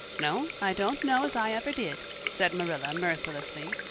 no, i don't know as i ever did, said marilla mercilessly,